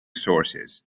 sources